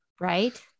Right